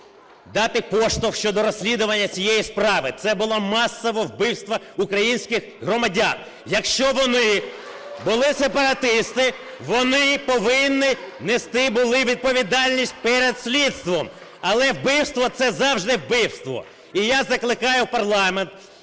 дати поштовх щодо розслідування цієї справи. Це було масове вбивство українських громадян. Якщо вони були сепаратисти, вони повинні нести були відповідальність перед слідством. Але вбивство - це завжди вбивство. І я закликаю парламент